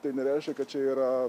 tai nereiškia kad čia yra